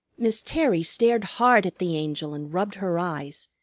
miss terry stared hard at the angel and rubbed her eyes,